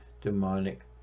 demonic